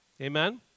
Amen